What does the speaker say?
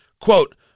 quote